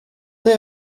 they